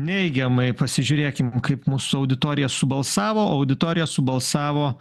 neigiamai pasižiūrėkim kaip mūsų auditorija subalsavo o auditorija subalsavo